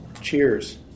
cheers